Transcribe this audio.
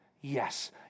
Yes